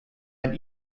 and